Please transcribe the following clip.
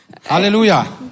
Hallelujah